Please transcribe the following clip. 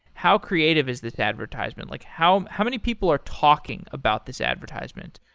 how creative is this advertisement? like how how many people are talking about this advertisement?